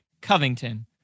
Covington